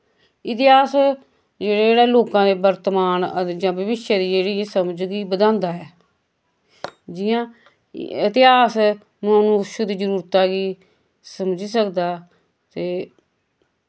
इतिहास जेह्ड़े जेह्ड़े लोकां दे बर्तमान अ ते जां भविश्य दी जेह्ड़ी समझ गी बधांदा ऐ जियां इतिहास मनुश्य दी जरूरता गी समझी सकदा ते